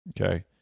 Okay